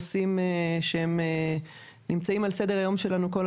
לקדם נושאים שהם נמצאים על סדר היום שלנו כל הזמן,